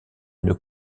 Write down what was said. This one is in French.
une